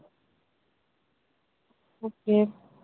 okay